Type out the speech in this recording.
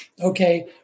Okay